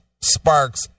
sparks